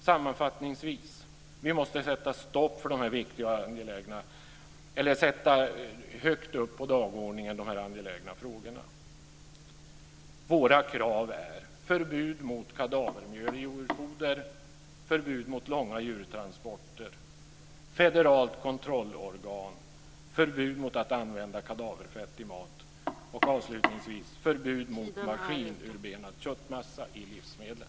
Sammanfattningsvis: Vi måste sätta dessa viktiga och angelägna frågorna högt upp på dagordningen. Våra krav är: Förbud mot kadavermjöl i jordbruksfoder, förbud mot långa djurtransporter, ett federalt kontrollorgan, förbud mot att använda kadaverfett i mat och avslutningsvis förbud mot maskinurbenad köttmassa i livsmedel.